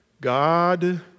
God